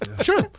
Sure